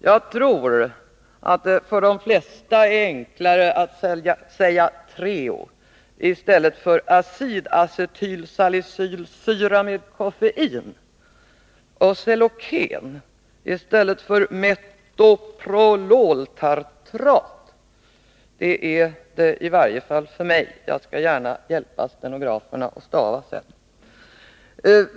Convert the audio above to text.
Jag tror att det för de flesta är enklare att säga Treo än att säga acetylsalicylsyra med koffein, och Celoken i stället för metoprololtartrat. Det är det i varje fall för mig — jag skall gärna hjälpa stenograferna stava sedan.